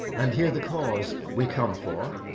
and hear the cause we come for?